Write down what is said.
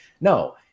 No